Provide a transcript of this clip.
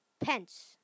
Pence